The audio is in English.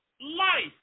life